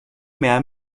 mehr